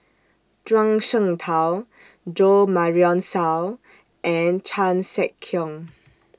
Zhuang Shengtao Jo Marion Seow and Chan Sek Keong